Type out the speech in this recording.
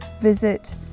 visit